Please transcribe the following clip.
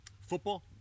Football